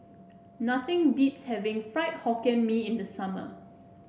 nothing beats having Fried Hokkien Mee in the summer